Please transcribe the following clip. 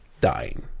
dying